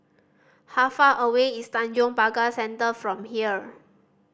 how far away is Tanjong Pagar Centre from here